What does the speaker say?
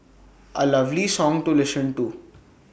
A lovely song to listen to